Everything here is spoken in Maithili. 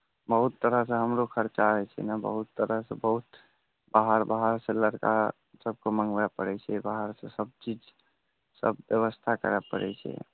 बहुत तरहसँ हमरो खर्चा होइत छै ने बहुत तरहके बहुत बाहर बाहरसँ लड़का सभकेँ मङ्गबय पड़ैत छै बाहरसँ सभ चीजसभ व्यवस्था करय पड़ैत छै